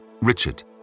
Richard